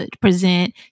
present